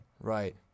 Right